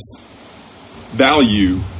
value